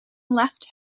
left